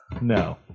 No